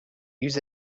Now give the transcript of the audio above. use